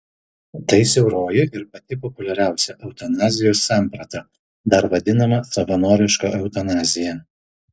tai siauroji ir pati populiariausia eutanazijos samprata dar vadinama savanoriška eutanazija